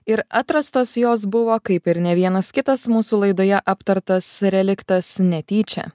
ir atrastos jos buvo kaip ir ne vienas kitas mūsų laidoje aptartas reliktas netyčia